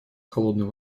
холодной